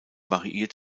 variiert